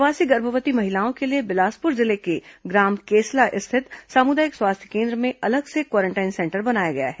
प्रवासी गर्भवती महिलाओं के लिए बिलासपुर जिले के ग्राम केसला स्थित सामुदायिक स्वास्थ्य केन्द्र में अलग से क्वारेंटाइन सेंटर बनाया गया है